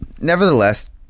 nevertheless